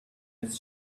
its